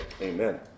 Amen